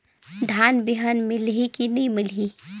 धान बिहान मिलही की नी मिलही?